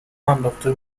انداخته